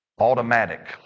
automatic